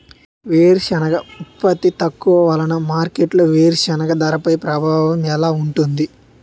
వేరుసెనగ ఉత్పత్తి తక్కువ వలన మార్కెట్లో వేరుసెనగ ధరపై ప్రభావం ఎలా ఉంటుంది?